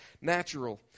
natural